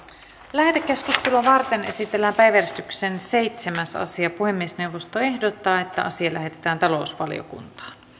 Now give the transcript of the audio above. lähetekeskustelua varten esitellään päiväjärjestyksen seitsemäs asia puhemiesneuvosto ehdottaa että asia lähetetään talousvaliokuntaan